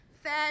fed